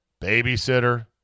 babysitter